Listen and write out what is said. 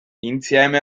insieme